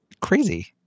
crazy